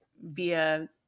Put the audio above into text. Via